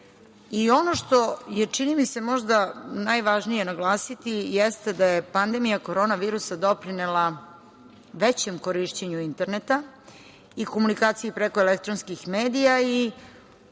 što je, čini mi se, možda najvažnije naglasiti jeste da je pandemija korona virus doprinela većem korišćenju interneta i komunikacije preko elektronskih medija i